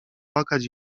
płakać